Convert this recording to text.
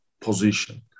position